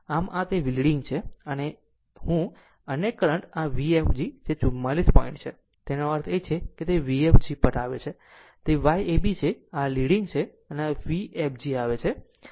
આમ આમ જ તે લીડીગ છે અને હું અને અન્ય કરંટ કે આ એક Vfg જે 44 પોઇન્ટ છે તેનો અર્થ જો તે Vfg પર આવે છે તો તે Y ab છે જે આ લીડીગ છે અને જો Vfg પર આવે છે તો તે છે